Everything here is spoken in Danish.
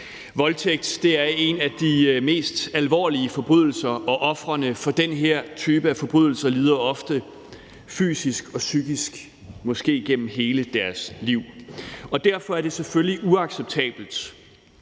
Voldtægt er en af de mest alvorlige forbrydelser, og ofrene for den her type af forbrydelser lider ofte både fysisk og psykisk måske gennem hele deres liv. Derfor er det selvfølgelig uacceptabelt,